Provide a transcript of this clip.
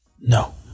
No